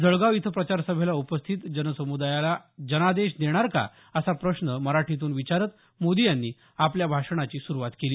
जळगाव इथं प्रचारसभेला उपस्थित जनसमुदायाला जनादेश देणार का असा प्रश्न मराठीतून विचारत मोदी यांनी आपल्या भाषणाची सुरुवात केली